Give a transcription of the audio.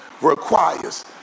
requires